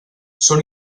són